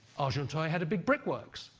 argenteuil had a big brickworks.